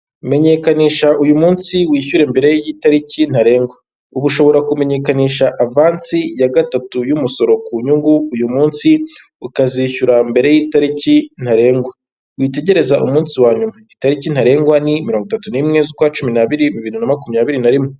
Menyekanisha uyu munsi wishyure mbere y'itariki ntarengwa, uba ushobora kumenyekanisha avansi ya gatatu y'umusoro ku nyungu uyu munsi, ukazishyura mbere y'itariki ntarengwa, witegereza umunsi wa nyuma, itariki ntarengwa ni mirongo itatu n'imwe z'ukwa cumi nabiri bibiri na makumyabiri nari rimwe.